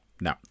No